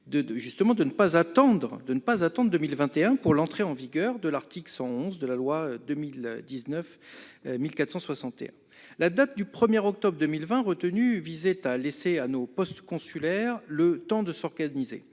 4, de ne pas attendre 2021 pour l'entrée en vigueur de l'article 111 de la loi n° 2019-1461. La date du 1 octobre 2020 retenue visait à laisser à nos postes consulaires le temps de s'organiser.